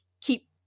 keep